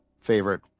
favorite